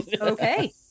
Okay